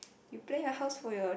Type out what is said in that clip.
you plan your house for your